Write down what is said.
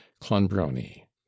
clonbrony